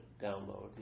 download